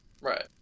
Right